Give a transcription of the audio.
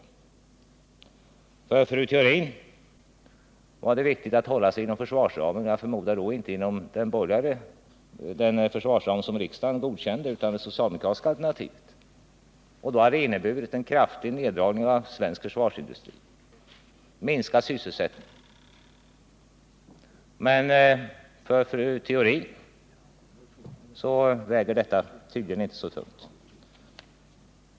, Ro E För fru Theorin var det viktigt att hålla sig inom försvarsramen — och jag Om B3LA-projekförmodar att det då inte var inom den försvarsram som riksdagen godkände utan inom det socialdemokratiska alternativets försvarsram — vilket hade inneburit en kraftig neddragning av svensk försvarsindustri och en minskning av sysselsättningen. Men för fru Theorin väger detta tydligen inte så tungt.